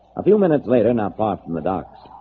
a few minutes later not far from the docks.